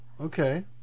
okay